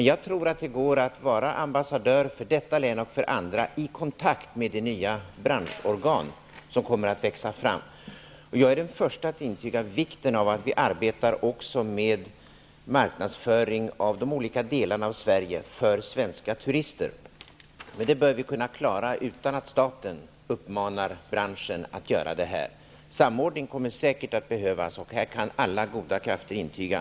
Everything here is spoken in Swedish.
Jag tror att det går att vara ambassadör för detta län och även för andra i kontakt med det nya branschorgan som kommer att växa fram. Jag är den förste att intyga vikten av att vi också arbetar med marknadsföring av de olika delarna av Sverige för svenska turister. Men det bör vi kunna klara utan att staten uppmanar branschen att göra det. Samordning kommer säkert att behövas. Det kan alla goda krafter intyga.